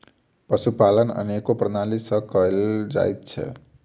पशुपालन अनेको प्रणाली सॅ कयल जाइत छै